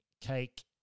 cake